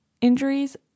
injuries